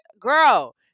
girl